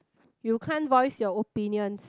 you can't voice your opinions